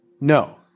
No